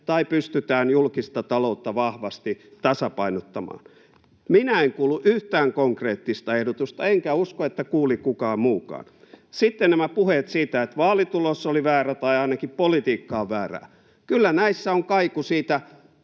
tai pystytään julkista taloutta vahvasti tasapainottamaan. Minä en kuullut yhtään konkreettista ehdotusta enkä usko, että kuuli kukaan muukaan. Sitten nämä puheet siitä, että vaalitulos oli väärä tai ainakin politiikka on väärää. Kyllä näissä on kaiku niistä